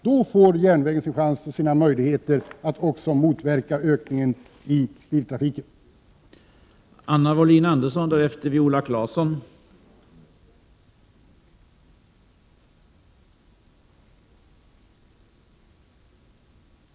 Då får järnvägen möjlighet att också Debatt om trafikpoliti